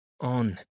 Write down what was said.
on